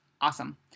Awesome